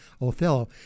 Othello